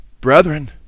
Brethren